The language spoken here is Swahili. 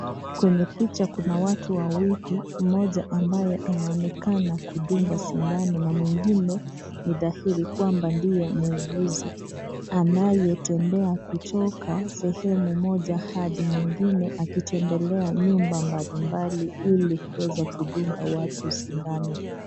Kwenye picha kuna watu wawili mmoja ambaye anaonekana kudungwa sindano na mwingine ni dhahiri kwamba ndiye muuguzi anayetembea kutoka sehemu moja hadi nyingine akitembelea nyumba mbalimbali ili kuweza kudunga watu sindano.